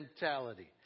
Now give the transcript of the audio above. mentality